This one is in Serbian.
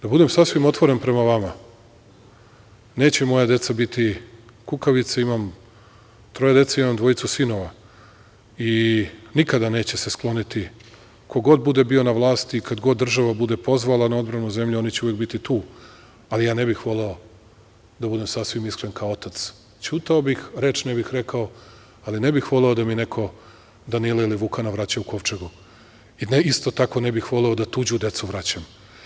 Da budem sasvim otvoren prema vama, neće moja deca biti kukavice, imam dvojicu sinova koji se nikada neće skloniti ko god bude bio na vlasti i kad god država bude pozvala na ogromnu zemlju oni će uvek biti tu, ali ja ne bih voleo da budem sasvim iskren kao otac, ćutao bih, reč ne bih rekao, ali ne bi voleo da mi neko Danila ili Vukana vraća u kovčegu, isto tako, ne bih voleo da tuđu decu vraćam.